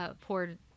poured